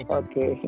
okay